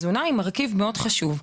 שזה מרכיב מאוד חשוב,